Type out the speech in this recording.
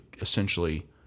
essentially